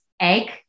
Egg